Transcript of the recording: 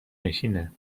نشینه